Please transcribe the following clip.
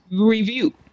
review